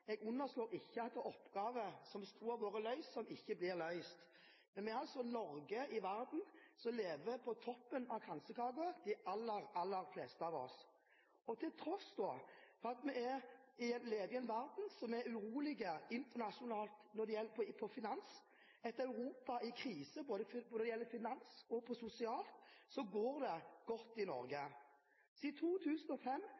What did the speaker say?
Jeg underslår ikke at det er oppgaver som skulle ha vært løst, som ikke blir løst. Men vi bor i Norge og lever på toppen av kransekaken, de aller fleste av oss. Til tross for en urolig internasjonal finansverden og et Europa i krise, både når det gjelder finanser og sosialt, går det godt i Norge. Siden 2005 er det skapt mer enn 300 000 arbeidsplasser i Norge, og om lag to tredjedeler av disse er i